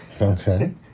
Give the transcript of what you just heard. Okay